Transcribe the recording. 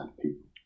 people